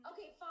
Okay